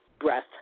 breath